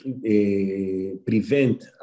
prevent